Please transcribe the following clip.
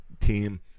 team